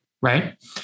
right